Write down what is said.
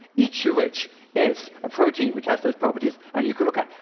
each of which is a protein which has those properties and you can look at.